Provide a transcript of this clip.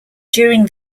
during